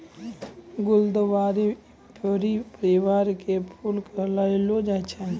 गुलदावरी इंफेरी परिवार के फूल कहलावै छै